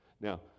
Now